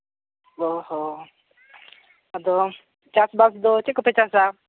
ᱚ ᱦᱚᱸ ᱟᱫᱚ ᱪᱟᱥᱼᱵᱟᱥ ᱫᱚ ᱪᱮᱫ ᱠᱚᱯᱮ ᱪᱟᱥᱟ